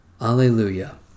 Alleluia